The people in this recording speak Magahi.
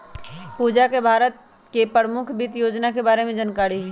पूजा के भारत के परमुख वित योजना के बारे में जानकारी हई